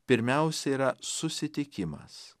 pirmiausia yra susitikimas